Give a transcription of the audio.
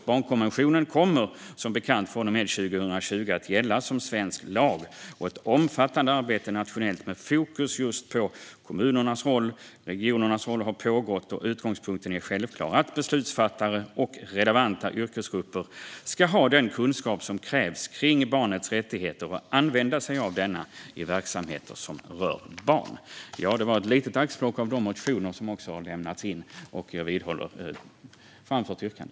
Konventionen kommer som bekant att gälla som svensk lag från och med 2020. Ett omfattande nationellt arbete med fokus på kommunernas och regionernas roll har pågått, och utgångspunkten är självklar: Beslutsfattare och relevanta yrkesgrupper ska ha den kunskap som krävs kring barnets rättigheter och använda sig av denna i verksamheter som rör barn. Detta var ett litet axplock av de motioner som har väckts. Jag vidhåller mitt yrkande.